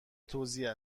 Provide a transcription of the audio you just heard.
توزیع